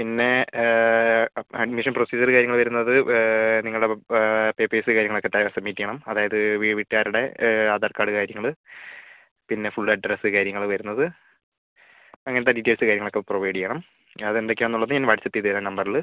പിന്നെ admission procedure കാര്യങ്ങള് വരുന്നത് നിങ്ങളുടെ പേപ്പേഴ്സ് കാര്യങ്ങളൊക്കെ തയാറാക്കി സബ്മിറ്റ് ചെയ്യണം അതായത് വീട്ടുകാരുടെ ആധാർ കാർഡ് കാര്യങ്ങള് പിന്നെ ഫുൾ അഡ്രസ്സ് കാര്യങ്ങളൊക്കെ വരുന്നത് അങ്ങനത്തെ ഡീറ്റെയിൽസ് കാര്യങ്ങളൊക്കെ പ്രൊവൈഡ് ചെയ്യണം അത് എന്തൊക്കെയാണെന്ന് ഉള്ളത് ഞാൻ വാട്സ്ആപ്പ് ചെയ്ത് തരാം നമ്പറില്